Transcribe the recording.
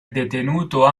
detenuto